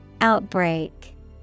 Outbreak